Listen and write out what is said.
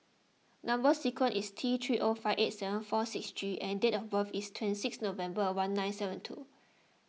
Number Sequence is T three O five eight seven four six G and date of birth is twenty six November one nine seven two